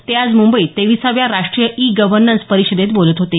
ते आज मुंबईत तेवीसाव्या राष्ट्रीय ई गव्हर्नन्स परिषदेत बोलत होते